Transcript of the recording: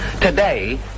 Today